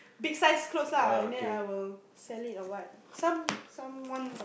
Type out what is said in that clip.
big sized clothes lah and then I will sell it or what some some someone